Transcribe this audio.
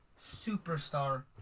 superstar